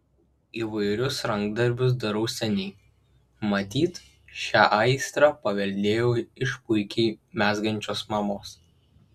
įvairius rankdarbius darau seniai matyt šią aistrą paveldėjau iš puikiai mezgančios mamos